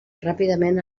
ràpidament